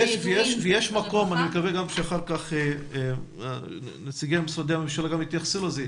אני מקווה שאחר כך נציגי משרדי הממשלה יתייחסו לזה,